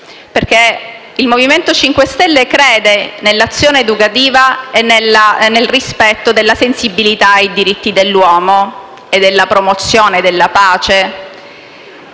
umani. Il MoVimento 5 Stelle, infatti, crede nell'azione educativa e nel rispetto della sensibilità ai diritti dell'uomo e della promozione della pace.